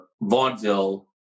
vaudeville